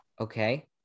okay